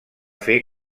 fer